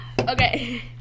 Okay